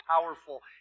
powerful